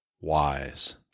wise